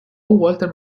walter